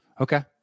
Okay